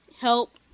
help